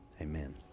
Amen